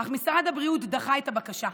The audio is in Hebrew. אך משרד הבריאות דחה את הבקשה.